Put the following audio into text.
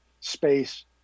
space